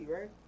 right